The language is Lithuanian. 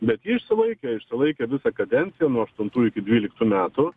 bet ji išsilaikė išsilaikė visą kadenciją nuo aštuntų iki dvyliktų metų